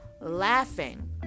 laughing